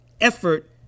effort